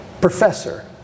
professor